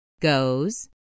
goes